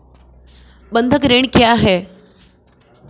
बंधक ऋण क्या है?